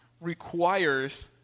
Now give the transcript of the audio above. requires